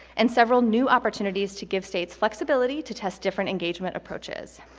and several new opportunities to give states flexibility to test different engagement approaches.